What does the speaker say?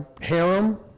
harem